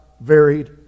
varied